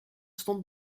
stond